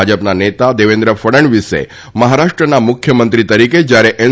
ભાજપના નેતા દેવેન્દ્ર ફડણવીસે મહારાષ્ટ્રના મુખ્યમંત્રી તરીકે જ્યારે એન